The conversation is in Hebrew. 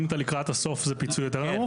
אם אתה לקראת הסוף זה פיצוי יותר נמוך?